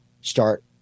start